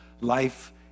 life